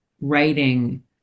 writing